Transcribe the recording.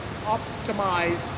optimize